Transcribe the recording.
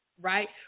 Right